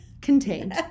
Contained